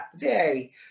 today